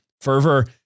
fervor